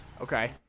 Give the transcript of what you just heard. Okay